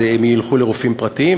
ילכו לרופאים פרטיים,